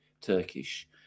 Turkish